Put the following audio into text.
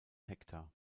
hektar